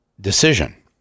decision